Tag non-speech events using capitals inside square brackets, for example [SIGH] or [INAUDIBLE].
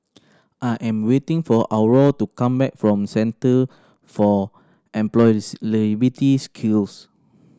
I am waiting for Aurore to come back from Centre for [UNINTELLIGIBLE] Skills